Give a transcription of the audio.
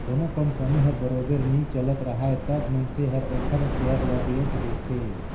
कोनो कंपनी हर बरोबर नी चलत राहय तब मइनसे हर ओखर सेयर ल बेंच देथे